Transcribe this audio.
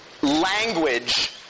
language